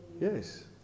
Yes